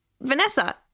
Vanessa